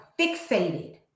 fixated